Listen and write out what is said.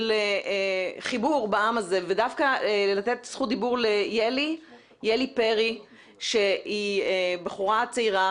חיבור בעם הזה ודווקא לתת זכות דיבור לילי פרי שהיא בחורה צעירה,